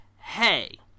hey